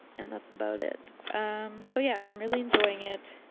and that's about it so yeah, i'm really enjoying it,